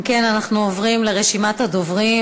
אם כן, אנחנו עוברים לרשימת הדוברים.